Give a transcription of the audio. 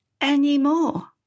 anymore